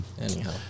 anyhow